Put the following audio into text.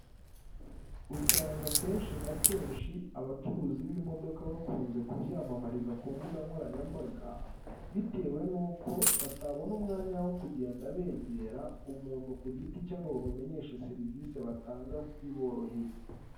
Usanga kenshi na kenshi, abacuruzi b'imodoka bakunze kubyamamariza ku mbuga nkoranyambaga, bitewe n'uko batabona umwanya wo kugenda begera umuntu ku giti cye, ngo bamumenyeshe serivisi batanga biboroheye.